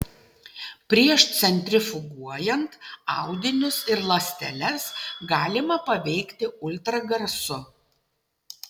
prieš centrifuguojant audinius ir ląsteles galima paveikti ultragarsu